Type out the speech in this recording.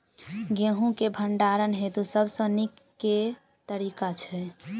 गेंहूँ केँ भण्डारण हेतु सबसँ नीक केँ तरीका छै?